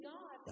God